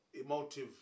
emotive